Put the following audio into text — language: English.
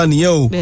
yo